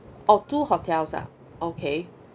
oh two hotels ah okay